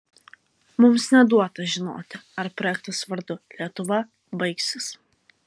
mums neduota žinoti ar projektas vardu lietuva baigsis